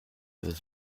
this